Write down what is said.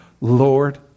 Lord